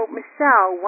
Michelle